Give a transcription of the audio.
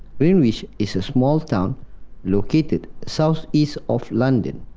greenwich is a small town located south east of london.